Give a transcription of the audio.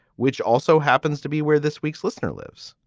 which also happens to be where this week's listener lives.